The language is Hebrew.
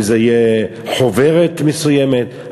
אם זה יהיה חוברת מסוימת,